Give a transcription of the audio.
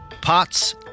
pots